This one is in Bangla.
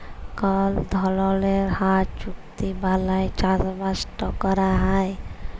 কল ধরলের হাঁ চুক্তি বালায় চাষবাসট ক্যরা হ্যয়